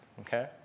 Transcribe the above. okay